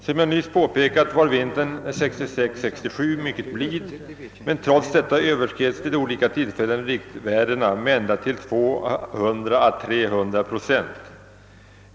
Som jag nyss påpekat var vintern 1966—1967 mycket blid, men trots detta överskreds vid olika tillfällen riktvärdena med ända upp till 200 å 300 procent.